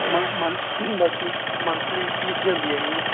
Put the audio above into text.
ਮਾ ਮਾ ਬਾਕੀ ਮੰਥਲੀ ਫੀਸ ਜਾਂਦੀ ਆ ਹੈਂਅ ਜੀ